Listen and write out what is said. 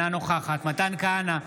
אינה נוכחת מתן כהנא,